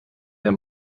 der